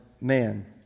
man